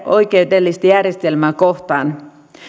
oikeudellista järjestelmää kohtaan